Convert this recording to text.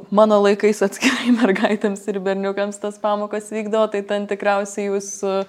mano laikais atskirai mergaitėms ir berniukams tos pamokos vykdavo tai ten tikriausiai jūsų